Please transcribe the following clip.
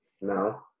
No